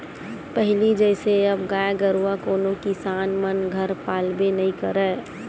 पहिली जइसे अब गाय गरुवा कोनो किसान मन घर पालबे नइ करय